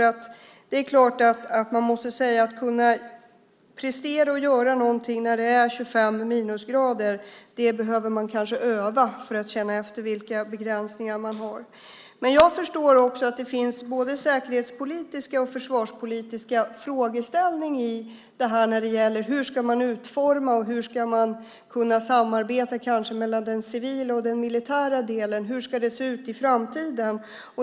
Att kunna prestera någonting när det är 25 minusgrader behöver man kanske öva för att känna efter vilka begränsningar man har. Jag förstår att det finns både säkerhetspolitiska och försvarspolitiska frågeställningar när det gäller hur man ska utforma allt, hur den civila och den militära delen ska kunna samarbeta och hur det ska se ut i framtiden.